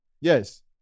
Yes